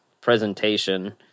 presentation